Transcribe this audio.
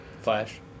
Flash